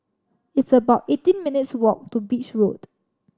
it's about eighteen minutes' walk to Beach Road